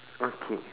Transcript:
okay